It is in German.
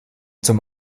zum